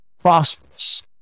prosperous